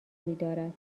دارد